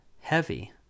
heavy